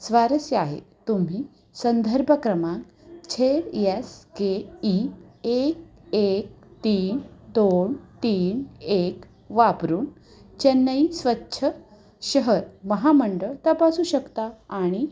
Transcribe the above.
स्वारस्य आहे तुम्ही संदर्भ क्रमांक झेड् येस के ई एक एक तीन दोन तीन एक वापरून चेन्नई स्वच्छ शहर महामंडळ तपासू शकता आणि